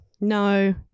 No